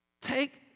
Take